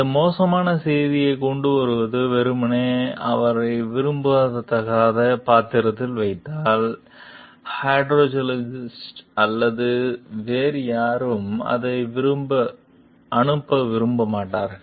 இந்த மோசமான செய்தியைக் கொண்டுவருவது வெறுமனே அவளை விரும்பத்தகாத பாத்திரத்தில் வைத்தால் ஹைட்ரோலஜிஸ்ட் அல்லது வேறு யாரும் அதை அனுப்ப விரும்ப மாட்டார்கள்